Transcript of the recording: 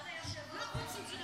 --- שידברו בחוץ.